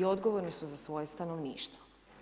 i odgovorni su za svoje stanovništvo.